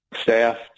staff